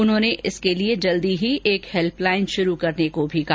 उन्होंने इसके लिए जल्द ही एक हैल्पलाइन शुरू करने को भी कहा